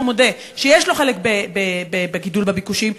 כשהוא מודה שיש לו חלק בגידול בביקושים,